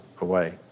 away